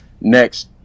next